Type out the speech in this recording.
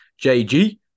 JG